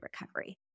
recovery